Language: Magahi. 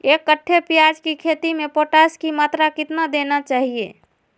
एक कट्टे प्याज की खेती में पोटास की मात्रा कितना देना चाहिए?